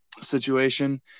situation